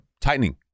tightening